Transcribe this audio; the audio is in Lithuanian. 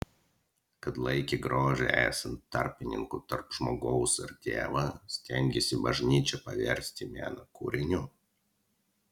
kad laikė grožį esant tarpininku tarp žmogaus ir dievo stengėsi bažnyčią paversti meno kūriniu